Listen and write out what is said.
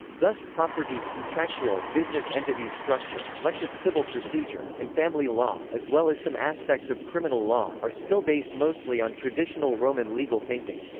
thus property, contractual, business entities structure, much of civil procedure, and family law, as well as some aspects of criminal law, are still based mostly on traditional roman legal thinking.